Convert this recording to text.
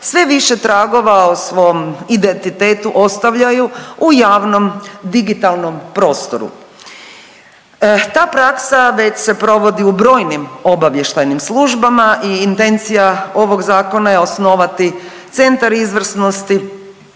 sve više tragova o svom identitetu ostavljaju u javnom digitalnom prostoru. Ta praksa već se provodi u brojnim obavještajnim službama i intencija ovog Zakona je osnovati Centar izvrsnosti